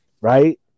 right